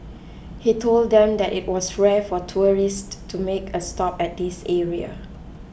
he told them that it was rare for tourists to make a stop at this area